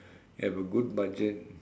have a good budget